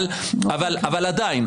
אבל עדיין.